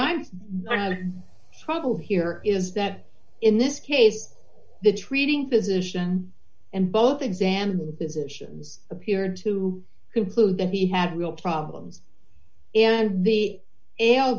i i have trouble here is that in this case the treating physician and both exam physicians appeared to conclude that he had real problems and the